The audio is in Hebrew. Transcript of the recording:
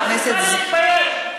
זה פצצות ישראליות.